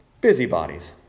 Busybodies